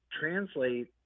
translate